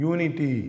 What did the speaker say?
Unity